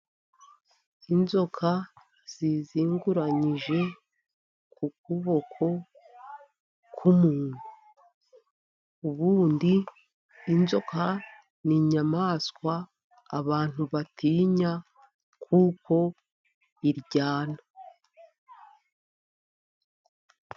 Inzoka zizinguranyije ku kuboko k'umuntu. Ubundi inzoka ni inyamaswa abantu batinya, kuko iryana.